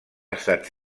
estat